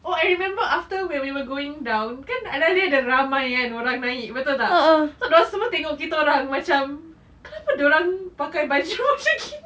oh I remember after when we were going down kan aleh-aleh ada ramai orang naik betul tak so dorang semua tengok kita orang macam kenapa dorang pakai baju macam gini